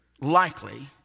likely